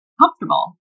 comfortable